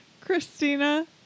Christina